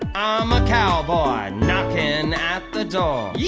ah i'm a cowboy, knocking at the door,